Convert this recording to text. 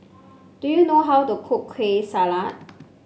do you know how to cook Kueh Salat